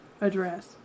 address